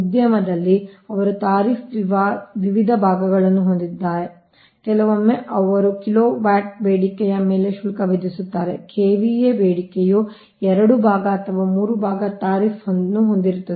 ಉದ್ಯಮದಲ್ಲಿ ಅವರು ತಾರೀಫ್ಫ್ ವಿವಿಧ ಭಾಗಗಳನ್ನು ಹೊಂದಿದ್ದಾರೆ ಕೆಲವೊಮ್ಮೆ ಅವರು ಕಿಲೋವ್ಯಾಟ್ ಬೇಡಿಕೆಯ ಮೇಲೆ ಶುಲ್ಕ ವಿಧಿಸುತ್ತಾರೆ KVA ಬೇಡಿಕೆಯು ಎರಡು ಭಾಗ ಅಥವಾ ಮೂರು ಭಾಗ ತಾರೀಫ್ಫ್ನ್ನು ಹೊಂದಿರುತ್ತದೆ